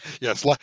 Yes